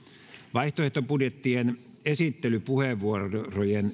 vaihtoehtobudjettien esittelypuheenvuorojen